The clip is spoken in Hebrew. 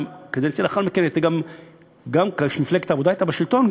וקדנציה לאחר מכן גם מפלגת העבודה הייתה בשלטון,